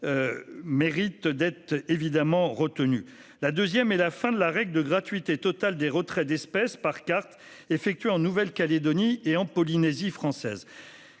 mérite évidemment d'être retenue. La seconde mesure est la fin de la règle de gratuité totale des retraits d'espèces par carte effectués en Nouvelle-Calédonie et en Polynésie française.